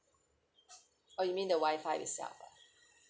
oh you mean the wi-fi itself lah